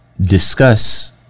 discuss